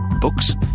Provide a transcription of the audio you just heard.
books